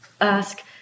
ask